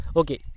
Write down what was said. okay